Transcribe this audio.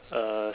uh